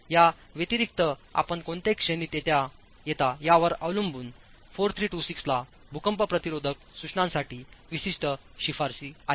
या व्यतिरिक्त आपण कोणत्या श्रेणीत येता यावर अवलंबून 4326 ला भूकंप प्रतिरोधक सूचनांसाठी विशिष्ट शिफारसी आहेत